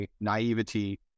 naivety